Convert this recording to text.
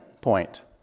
point